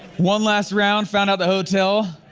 one last round, found out the hotel,